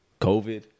COVID